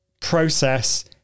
process